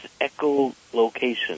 echolocation